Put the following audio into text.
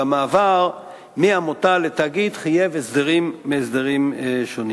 והמעבר מעמותה לתאגיד חייב הסדרים מהסדרים שונים.